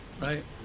Right